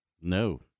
No